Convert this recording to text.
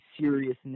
seriousness